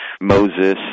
Moses